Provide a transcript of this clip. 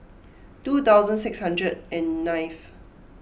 two thousand six hundred and ninth